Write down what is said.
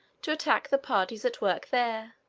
to attack the parties at work there,